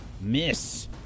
miss